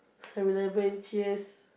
Seven-Eleven Cheers